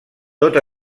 tot